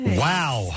Wow